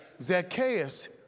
Zacchaeus